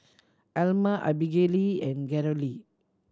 Alma Abigayle and Carolee